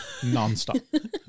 nonstop